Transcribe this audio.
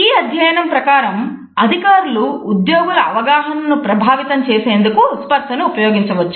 ఈ అధ్యయనం ప్రకారం అధికారులు ఉద్యోగుల అవగాహనను ప్రభావితం చేసేందుకు స్పర్శను ఉపయోగించవచ్చు